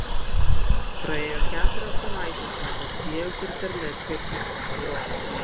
praėjo keturios savaitės nuo pociejaus ir terleckio atvykimo į romą